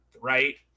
right